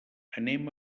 anem